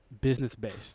business-based